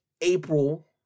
April